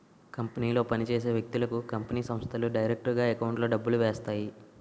కంపెనీలో పని చేసే వ్యక్తులకు కంపెనీ సంస్థలు డైరెక్టుగా ఎకౌంట్లో డబ్బులు వేస్తాయి